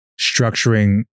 structuring